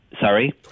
Sorry